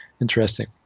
interesting